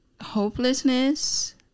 Hopelessness